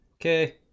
Okay